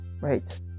right